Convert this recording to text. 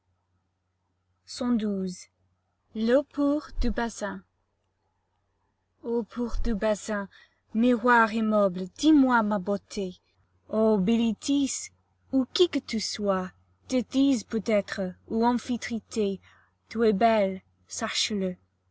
l'eau pure du bassin eau pure du bassin miroir immobile dis-moi ma beauté ô bilitis ou qui que tu sois téthys peut-être ou